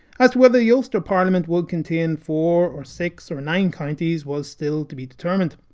as to whether the ulster parliament would contain four, or six, or nine counties, was still to be determined.